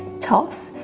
toth,